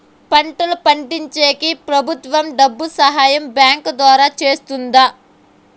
పంటలు పండించేకి ప్రభుత్వం డబ్బు సహాయం బ్యాంకు ద్వారా చేస్తుందా?